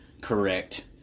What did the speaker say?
correct